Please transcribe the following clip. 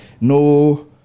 no